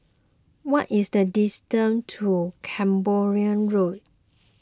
what is the distance to Camborne Road